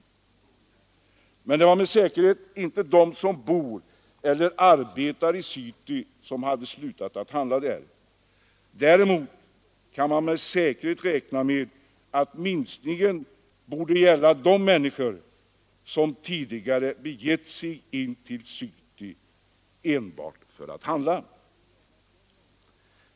Men det var med säkerhet inte de som bor eller arbetar i city som hade slutat att handla där; minskningen bör i stället gälla de människor som tidigare har begivit sig in till city enbart för att handla.